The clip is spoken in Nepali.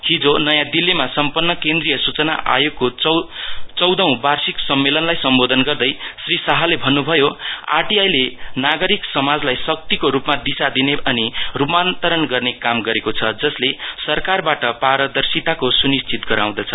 हिजो नयाँ दिल्लीमा सम्पन्न केन्द्रिय सुचना आयोगको चौधौ वार्षिक सम्मेलनलाई सम्बोधन गर्दै श्री शाहले भन्नुभयोआर टी आइ ले नागारिक समाजलाई शक्तिको रुपमा दिशा दिने अनि रुपान्तरण गर्ने काम गरेको छ जसको सरकारबाट पारदर्शिताको सुनिश्चिता गराउँछ